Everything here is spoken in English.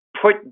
Put